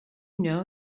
know